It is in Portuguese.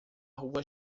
rua